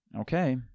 Okay